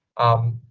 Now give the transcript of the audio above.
um,